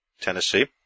Tennessee